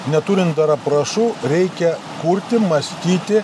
neturint dar aprašų reikia kurti mąstyti